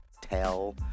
tell